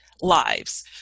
lives